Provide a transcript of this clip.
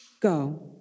go